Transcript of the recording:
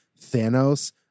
Thanos